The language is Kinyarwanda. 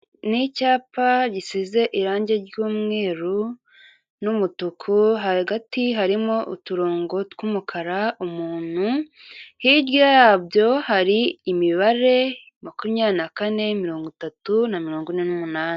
Ni icyapa gisize irange ry'umweru n'umutuku, hagati harimo uturongo tw'umukara, umuntu, hirya yabyo hari imibare makumyabiri na kane, mirongo itatu na mirongo ine n'umunani.